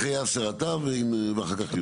אחרי יאסר אתה ואחר כך יהיו עוד.